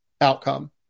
outcome